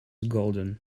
golden